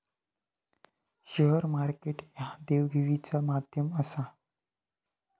share market ह्या देवघेवीचा माध्यम आसा